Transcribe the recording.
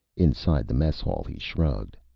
inside the mess hall, he shrugged.